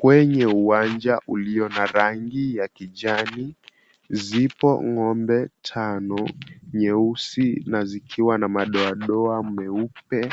Kwenye uwanja ulio na rangi ya kijani, zipo ng'ombe tano nyeusi na zikiwa na madoadoa meupe.